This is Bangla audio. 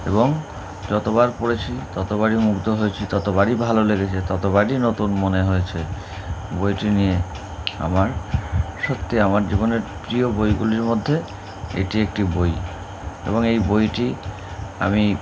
এবং যতবার পড়েছি ততবারই মুগ্ধ হয়েছি ততবারই ভালো লেগেছে ততবারই নতুন মনে হয়েছে বইটি নিয়ে আমার সত্যি আমার জীবনের প্রিয় বইগুলির মধ্যে এটি একটি বই এবং এই বইটি আমি